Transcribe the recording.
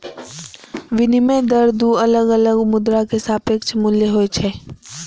विनिमय दर दू अलग अलग मुद्रा के सापेक्ष मूल्य होइ छै